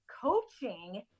coaching